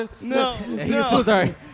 no